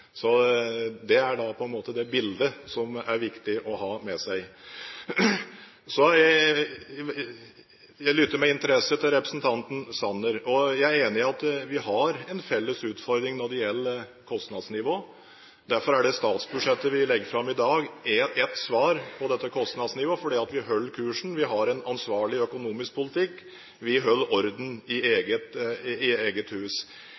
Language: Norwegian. Det er på en måte det bildet som det er viktig å ha med seg. Jeg lyttet med interesse til representanten Sanner, og jeg er enig i at vi har en felles utfordring når det gjelder kostnadsnivå. Derfor er det statsbudsjettet vi legger fram i dag, et svar på dette kostnadsnivået; vi holder kursen, vi har en ansvarlig økonomisk politikk, vi holder orden i eget hus. I